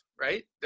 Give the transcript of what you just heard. right